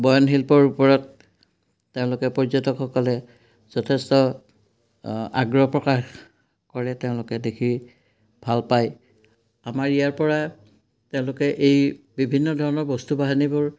বয়নশিল্পৰ ওপৰত তেওঁলোকে পৰ্যটকসকলে যথেষ্ট আগ্ৰহ প্ৰকাশ কৰে তেওঁলোকে দেখি ভালপায় আমাৰ ইয়াৰপৰা তেওঁলোকে এই বিভিন্ন ধৰণৰ বস্তু বাহানিবোৰ